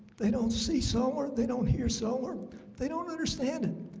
they don't see somewhere they don't hear so um they don't understand it,